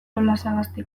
olasagastik